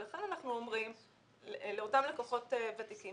לכן אנחנו אומרים לאותם לקוחות ותיקים